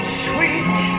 sweet